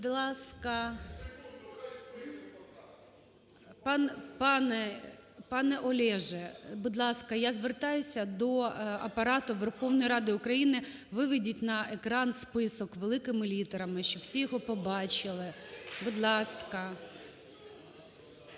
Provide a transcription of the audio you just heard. Будь ласка, пане Олеже! Будь ласка, я звертаюся до Апарату Верховної Ради України: виведіть на екран список великими літерами, щоб всі його побачили, будь ласка.